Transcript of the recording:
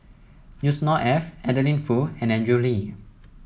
Yusnor Ef Adeline Foo and Andrew Lee